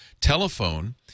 telephone